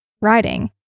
riding